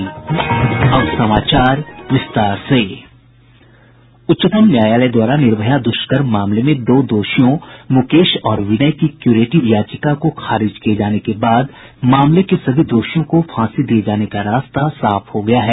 उच्चतम न्यायालय द्वारा निर्भया दुष्कर्म मामले में दो दोषियों मुकेश और विनय की क्यूरेटिव याचिका को खारिज किये जाने के बाद मामले के सभी दोषियों को फांसी दिये जाने का रास्ता साफ हो गया है